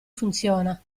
funziona